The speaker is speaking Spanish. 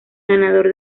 ganador